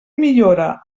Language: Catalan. millora